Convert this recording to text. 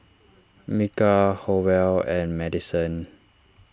Micah Howell and Maddison